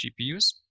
gpus